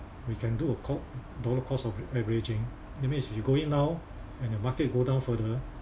we can do a co~ dollar cost of averaging that means if you go in now and the market go down further